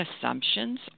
assumptions